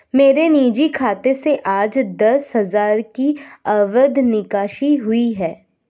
मेरे निजी खाते से आज दस हजार की अवैध निकासी हुई है